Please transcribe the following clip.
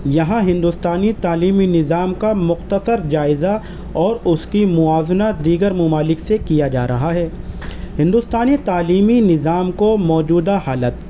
یہاں ہندوستانی تعلیمی نظام کا مختصر جائزہ اور اس کی موازنہ دیگر ممالک سے کیا جا رہا ہے ہندوستانی تعلیمی نظام کو موجودہ حالت